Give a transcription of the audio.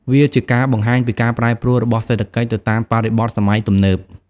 វាជាការបង្ហាញពីការប្រែប្រួលរបស់សេដ្ឋកិច្ចទៅតាមបរិបទសម័យទំនើប។